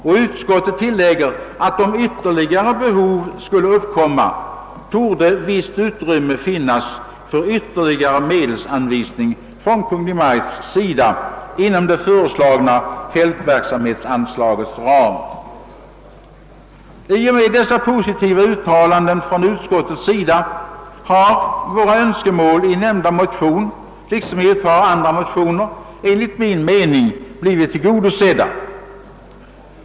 Ut skottet tillägger att om ytterligare behov skulle uppkomma torde visst utrymme finnas för ökad medelsanvisning från Kungl. Maj:ts sida inom det föreslagna fältverksamhetsanslagets ram. Genom dessa positiva uttalanden från utskottet har många önskemål i nämnda motion liksom i ett par andra motioner enligt min mening blivit tillgodosedda.